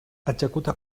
executa